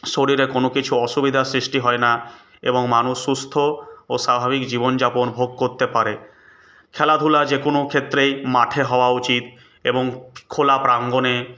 শরীরে কোনো কিছু অসুবিধার সৃষ্টি হয় না এবং মানুষ সুস্থ ও স্বাভাবিক জীবনযাপন ভোগ করতে পারে খেলাধূলা যে কোনো ক্ষেত্রেই মাঠে হওয়া উচিত এবং খোলা প্রাঙ্গণে